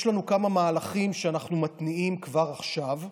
יש לנו כמה מהלכים שאנחנו מתניעים כבר עכשיו,